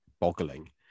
boggling